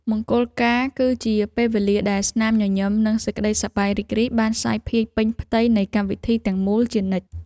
មង្គលការ គឺជាពេលវេលាដែលស្នាមញញឹម និងសេចក្តីសប្បាយរីករាយបានសាយភាយពេញផ្ទៃនៃកម្មវិធីទាំងមូលជានិច្ច។